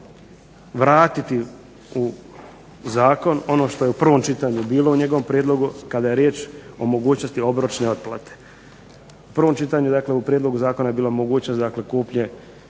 vratiti u zakon ono što je u prvom čitanju bilo u njegovom prijedlogu kada je riječ o mogućnosti obročne otplate. U prvom čitanju dakle u prijedlogu zakona je bila mogućnost kupnje